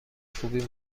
خوبی